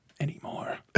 anymore